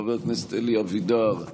חבר הכנסת אלי אבידר,